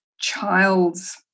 child's